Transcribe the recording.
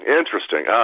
interesting